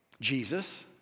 Jesus